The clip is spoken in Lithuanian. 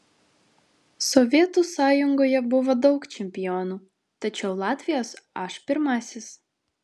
sovietų sąjungoje buvo daug čempionų tačiau latvijos aš pirmasis